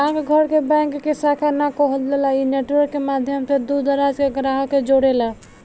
डाक घर के बैंक के शाखा ना कहल जाला इ नेटवर्क के माध्यम से दूर दराज के ग्राहक के जोड़ेला